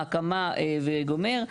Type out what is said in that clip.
ההקמה וגומר",